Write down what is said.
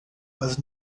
was